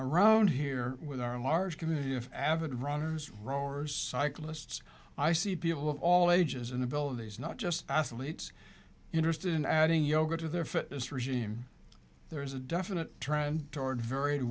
around here with our large community of avid runners rowers cyclists i see people of all ages and abilities not just athletes interested in adding yoga to their fitness regime there is a definite trend toward v